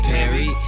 Perry